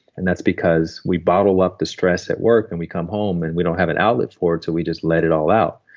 and that's because we bottle up the stress at work and we'd come home, and we don't have an outlet for it, so we just let it all out.